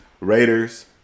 Raiders